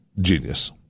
genius